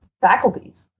faculties